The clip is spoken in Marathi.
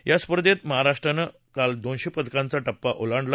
या स्पर्धेत महाराष्ट्रानं काल दोनशे पदकांचा ध्मा ओलांडला